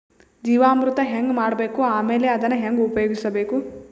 ಜೀವಾಮೃತ ಹೆಂಗ ಮಾಡಬೇಕು ಆಮೇಲೆ ಅದನ್ನ ಹೆಂಗ ಉಪಯೋಗಿಸಬೇಕು?